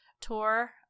tour